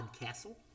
castle